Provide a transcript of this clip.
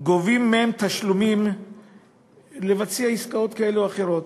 גובים מהם תשלומים לבצע עסקאות כאלה או אחרות,